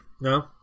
No